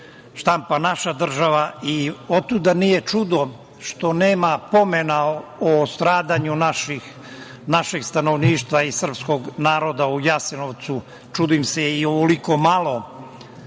štampa naša država. Otuda nije čudo što nema pomena o stradanju našeg stanovništva i srpskog naroda u Jasenovcu, čudim se i ovoliko malo,